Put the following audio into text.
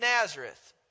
Nazareth